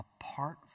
apart